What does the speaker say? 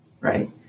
right